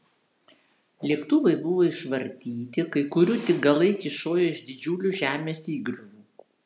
lėktuvai buvo išvartyti kai kurių tik galai kyšojo iš didžiulių žemės įgriuvų